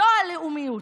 זאת הלאומיות.